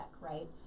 right